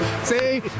See